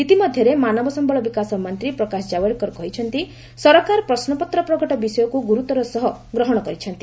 ଇତିମଧ୍ୟରେ ମାନବ ସମ୍ଭଳ ବିକାଶ ମନ୍ତ୍ରୀ ପ୍ରକାଶ ଜାବ୍ଡେକର କହିଛନ୍ତି ସରକାର ପ୍ରଶ୍ନପତ୍ର ପ୍ରଘଟ ବିଷୟକୁ ଗୁରୁତ୍ୱର ସହ ଗ୍ରହଣ କରିଛନ୍ତି